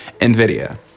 NVIDIA